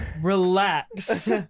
Relax